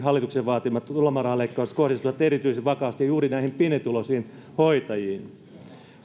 hallituksen vaatimat lomarahaleikkaukset kohdistuvat erityisen vakavasti juuri näihin pienituloisiin hoitajiin